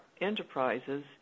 Enterprises